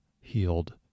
healed